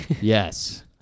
Yes